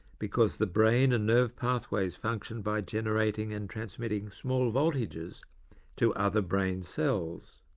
because the brain and nerve pathways function by generating and transmitting small voltages to other brain cells.